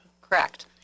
Correct